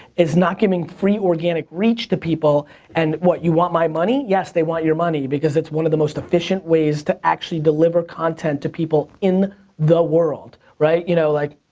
is not giving free organic reach to people and, what, you want my money? yes, they want your money because it's one of the most efficient ways to actually deliver content to people in the world, right? you know, like,